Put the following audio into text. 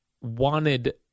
wanted